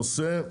הנושא: